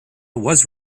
was